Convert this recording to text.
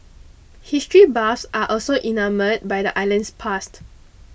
history buffs are also enamoured by the island's past